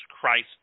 Christ